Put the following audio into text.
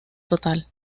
total